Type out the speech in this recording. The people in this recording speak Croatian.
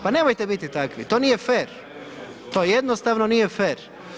Pa nemojte biti takvi, to nije fer, to jednostavno nije fer.